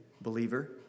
believer